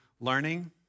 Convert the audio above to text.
learning